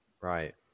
Right